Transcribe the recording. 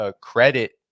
credit